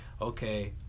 Okay